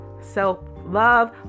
self-love